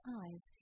eyes